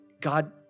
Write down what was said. God